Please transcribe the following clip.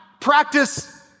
practice